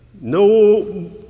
No